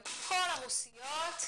הורות,